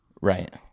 Right